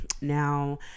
Now